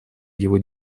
его